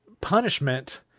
punishment